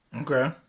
Okay